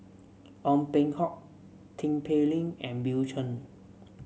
Ong Peng Hock Tin Pei Ling and Bill Chen